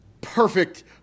perfect